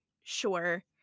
sure